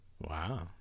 wow